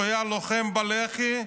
שהיה לוחם בלח"י,